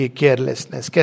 carelessness